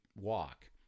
walk